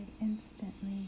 instantly